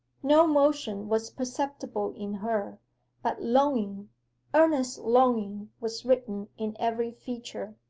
no motion was perceptible in her but longing earnest longing was written in every feature.